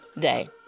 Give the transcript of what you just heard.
day